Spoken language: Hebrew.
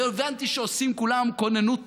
והבנתי שעושים כולם כוננות תרגילים.